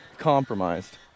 compromised